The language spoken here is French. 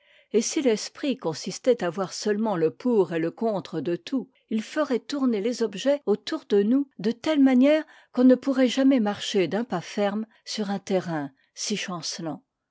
et si l'esprit consistait à voir seulement le pour et le contro de tout il ferait tourner les objets autour de nous de telle manière qu'on ne pourrait jamais marcher d'un pas ferme sur un terrain si chancelant